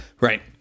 Right